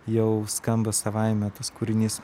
jau skamba savaime tas kūrinys